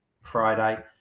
friday